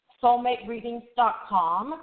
soulmatereadings.com